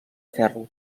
ferro